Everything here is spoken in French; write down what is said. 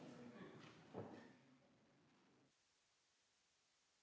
...